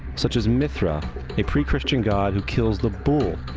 such as mithra a pre-christian god who kills the bull,